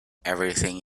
everything